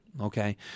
Okay